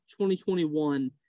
2021